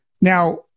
now